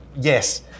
yes